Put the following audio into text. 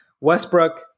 Westbrook